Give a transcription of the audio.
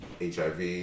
HIV